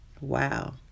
Wow